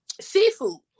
seafood